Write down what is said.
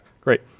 great